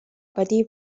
patir